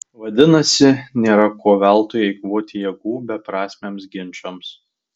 vadinasi nėra ko veltui eikvoti jėgų beprasmiams ginčams